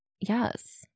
yes